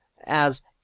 as